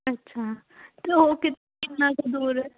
ਅੱਛਾ ਅਤੇ ਉਹ ਕਿੰ ਕਿੰਨਾ ਕੁ ਦੂਰ ਹੈ